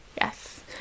Yes